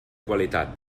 qualitat